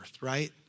right